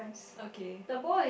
okay